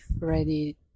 ready